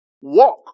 Walk